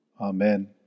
Amen